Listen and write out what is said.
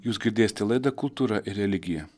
jūs girdėsite laidą kultūra ir religija